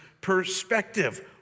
perspective